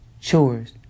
chores